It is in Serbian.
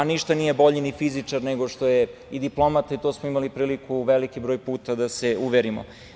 Ništa nije bolji ni fizičar nego što je i diplomata, to smo imali priliku veliki broj puta da se uverimo.